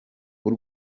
w’u